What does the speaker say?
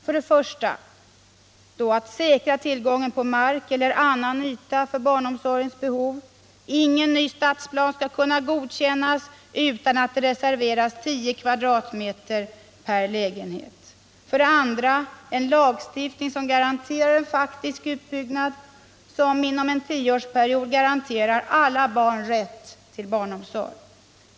För det första: Säkra tillgången på mark eller annan yta för barnomsorgens behov. Ingen ny stadsplan skall kunna godkännas utan att det reserveras 10 kvadratmeter per lägenhet. För det andra: Inför en lagstiftning som garanterar en faktisk utbyggnad som inom en tioårsperiod garanterar alla barn rätt till barnomsorg.